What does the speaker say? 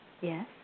yes